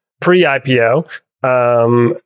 pre-IPO